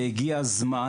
הגיע הזמן.